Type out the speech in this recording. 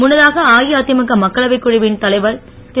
முன்னதாக அஇஅதிமுக மக்களவைக் குழவின் தலைவர் திரு